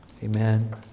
Amen